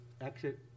exit